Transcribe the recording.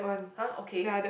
hah okay